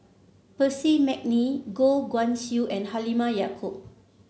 Percy McNeice Goh Guan Siew and Halimah Yacob